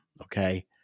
Okay